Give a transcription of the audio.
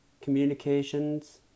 communications